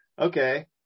Okay